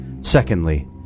Secondly